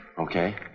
Okay